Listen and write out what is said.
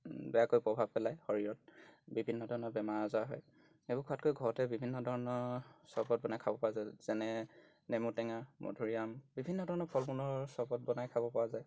বেয়াকৈ প্ৰভাৱ পেলায় শৰীৰত বিভিন্ন ধৰণৰ বেমাৰ আজাৰ হয় সেইবোৰ খোৱাতকৈ ঘৰতে বিভিন্ন ধৰণৰ চৰ্বত বনাই খাব পৰা যায় যেনে নেমু টেঙা মধুৰিআম বিভিন্ন ধৰণৰ ফল মূলৰ চৰ্বত বনাই খাব পৰা যায়